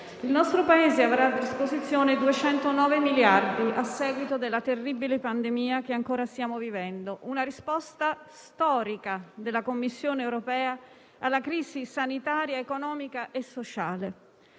il nostro Paese avrà a disposizione 209 miliardi di euro, a seguito della terribile pandemia che ancora stiamo vivendo. Si tratta di una risposta storica della Commissione europea alla crisi sanitaria, economica e sociale.